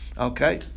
Okay